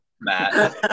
matt